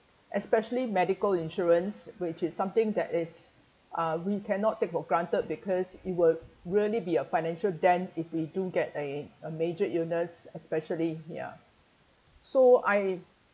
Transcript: especially medical insurance which is something that is uh we cannot take for granted because it would really be a financial dent if we do get a a major illness especially ya so I